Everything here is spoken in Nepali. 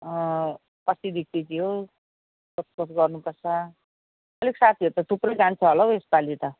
कसरी केजी हो सोधखोज गर्नुपर्छ अलिक साथीहरू त थुप्रै जान्छ होला हौ यसपालि त